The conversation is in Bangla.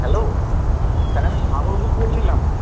হ্যালো স্যার আমি সাগর ঘোষ বলছিলাম